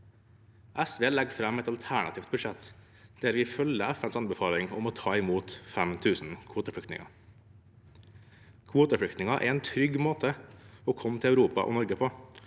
SV legger fram et alternativt budsjett der vi følger FNs anbefaling om å ta imot 5 000 kvoteflyktninger. Å komme som kvoteflyktning er en trygg måte å komme til Europa og Norge på